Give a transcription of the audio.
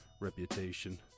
reputation